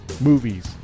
Movies